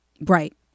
Right